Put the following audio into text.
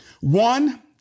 One